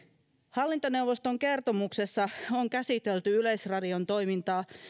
hallintoneuvoston kertomuksessa on käsitelty yleisradion toimintaa